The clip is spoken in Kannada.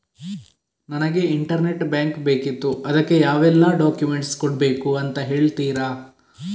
ನನಗೆ ಇಂಟರ್ನೆಟ್ ಬ್ಯಾಂಕ್ ಬೇಕಿತ್ತು ಅದಕ್ಕೆ ಯಾವೆಲ್ಲಾ ಡಾಕ್ಯುಮೆಂಟ್ಸ್ ಕೊಡ್ಬೇಕು ಅಂತ ಹೇಳ್ತಿರಾ?